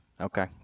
Okay